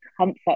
comfort